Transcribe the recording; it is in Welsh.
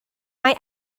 mae